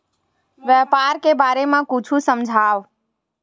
व्यापार के बारे म कुछु समझाव?